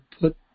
put